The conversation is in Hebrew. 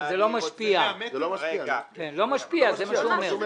זה לא משפיע, זה מה שהוא אומר.